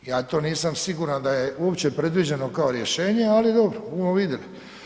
Ja to nisam siguran da je uopće predviđeno kao rješenje, ali dobro, bumo videli.